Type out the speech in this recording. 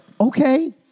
Okay